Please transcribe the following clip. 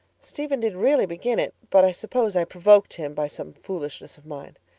stephen did really begin it, but i suppose i provoked him by some foolishness of mine.